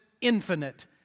infinite